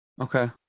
okay